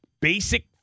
basic